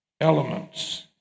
elements